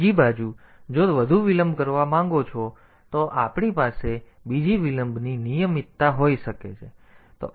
બીજી બાજુ જો તમે વધુ વિલંબ કરવા માંગો તો પછી આપણી પાસે બીજી વિલંબની નિયમિતતા હોઈ શકે છે